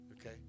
Okay